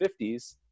50s